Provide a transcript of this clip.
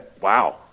Wow